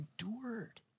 endured